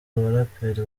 abaraperi